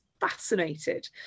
fascinated